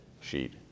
sheet